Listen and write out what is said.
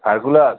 circular